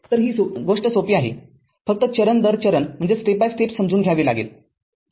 तर ही गोष्ट सोपी आहे फक्त चरण दर चरण समजून घ्यावी लागेल